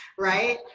right?